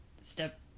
step